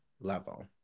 level